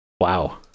wow